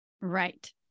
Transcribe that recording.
Right